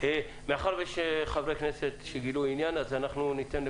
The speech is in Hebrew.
מאחר שיש חברי כנסת שגילו עניין ניתן את